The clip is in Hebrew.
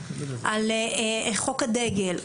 על חוק הדגל,